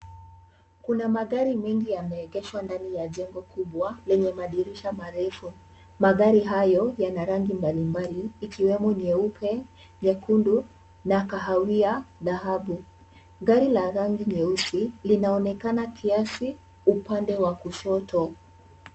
Kuna magari mengi yameegeshwa ndani ya jengo kubwa lenye madirisha marefu ikiwemo nyeupe, nyekundu na kahawia dhahabu. Gari la rangi nyeusi linaonekana kidogo kiasi upande wa kushoto.